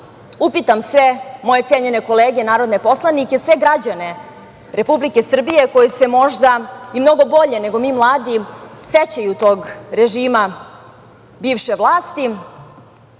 upitam sve moje cenjene kolege narodne poslanike, sve građane Republike Srbije koji se možda i mnogo bolje nego mi mladi sećaju tog režima bivše vlasti